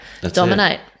dominate